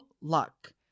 luck